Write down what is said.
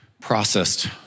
processed